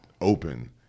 open